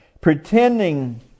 pretending